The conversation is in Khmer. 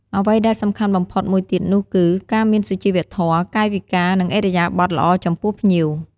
អ្វីដែលសំខាន់បំផុតមួយទៀតនោះគឺ ការមានសុជីវធម៌ កាយវិការ និងឥរិយាបថល្អចំពោះភ្ញៀវ។